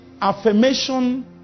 affirmation